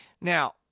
now